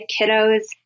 kiddos